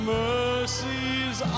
mercies